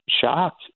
shocked